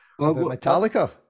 Metallica